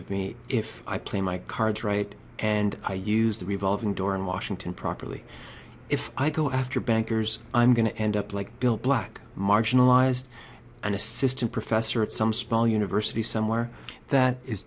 of me if i play my cards right and i use the revolving door in washington properly if i go after bankers i'm going to end up like bill black marginalized and assistant professor at some spall university somewhere that is